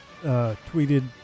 tweeted